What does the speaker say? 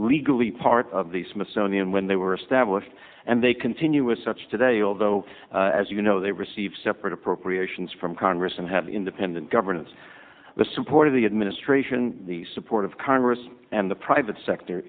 legally part of the smithsonian when they were established and they continue with such today although as you know they receive separate appropriations from congress and have independent governance the support of the administration the support of congress and the private sector